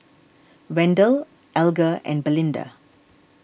Wendell Alger and Belinda